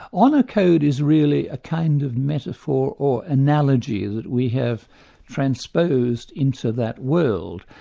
honour code is really a kind of metaphor or analogy that we have transposed into that world.